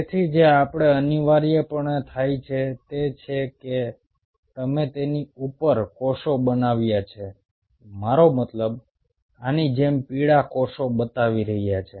તેથી જે આપણે અનિવાર્યપણે થાય છે તે છે કે તમે તેની ઉપર કોષો બનાવ્યા છે મારો મતલબ આની જેમ પીળા કોષો બતાવી રહ્યા છે